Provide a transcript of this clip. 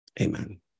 Amen